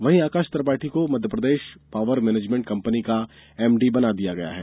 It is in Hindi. वहीं आकाश त्रिपाठी को को मध्यप्रदेश पावर मैनेजमेंट कंपनी का एमडी बना दिया गया है